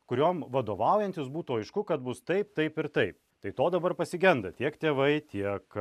kuriom vadovaujantis būtų aišku kad bus taip taip ir taip tai to dabar pasigenda tiek tėvai tiek